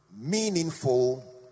meaningful